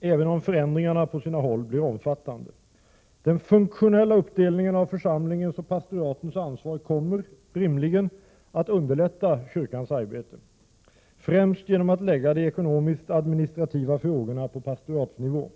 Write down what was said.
även om förändringarna på sina håll blir omfattande. Den funktionella uppdelningen av församlingens och pastoratens ansvar kommer — rimligen — att underlätta kyrkans arbete, främst genom att lägga de ekonomisk/administrativa frågorna på pastoratsnivå.